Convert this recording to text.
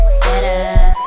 better